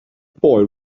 boy